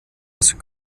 aus